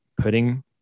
putting